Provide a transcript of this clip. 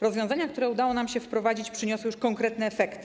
Rozwiązania, które udało nam się wprowadzić, przyniosły już konkretne efekty.